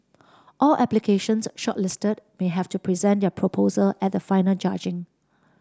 all applications shortlisted may have to present their proposal at the final judging